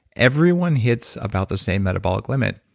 everyone hits about the same metabolic limit.